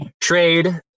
trade